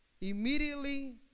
Immediately